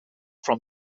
from